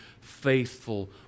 faithful